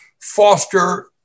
foster